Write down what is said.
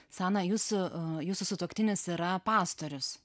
sana jūsų jūsų sutuoktinis yra pastorius